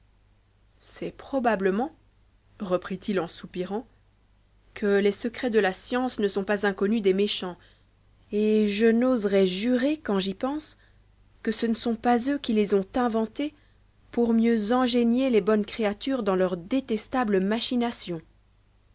c'est probablement reprit-il en soupirant que les secrets de la science ne sont pas inconnus des méchants et je n'oserais jurer quand j'y pense que ce ne sont pas eux qui les ont inventés pour mieux engeigner les bonnes créatures dans leurs détestables machinations